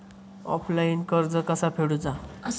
Offline कर्ज कसा फेडूचा?